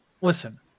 Listen